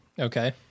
Okay